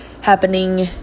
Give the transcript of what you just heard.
happening